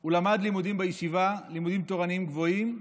הוא למד לימודים בישיבה, לימודים תורניים גבוהים,